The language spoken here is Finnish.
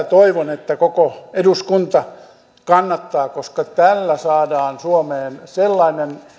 toivon että tätä koko eduskunta kannattaa koska tällä saadaan suomeen sellainen